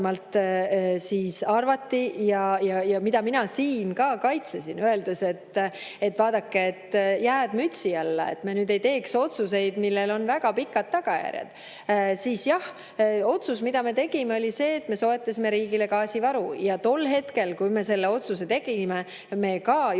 arvati. Mina siin ka kaitsesin, öeldes, et vaadake, jääd mütsi alla, et me nüüd ei teeks otsuseid, millel on väga pikad tagajärjed. Siis oli otsus, mille me tegime, see, et me soetame riigile gaasivaru. Ja tol hetkel, kui me selle otsuse tegime, me ka juhtisime